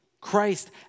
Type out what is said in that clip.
Christ